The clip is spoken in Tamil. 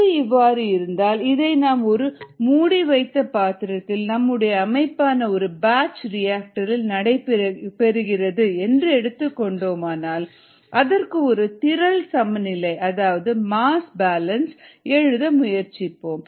இது இவ்வாறு இருந்தால் இதை நாம் ஒரு மூடி வைத்த பாத்திரத்தில் நம்முடைய அமைப்பான ஒரு பேட்ச் ரிக்டரில் நடைபெறுகிறது என்று எடுத்துக் கொண்டோமானால் அதற்கு ஒரு திரள் சமநிலை அதாவது மாஸ் பேலன்ஸ் எழுத முயற்சிப்போம்